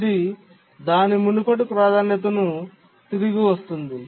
ఇది దాని మునుపటి ప్రాధాన్యతకు తిరిగి వస్తుంది